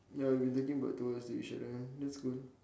ya we've been talking about two hours never mind that's cool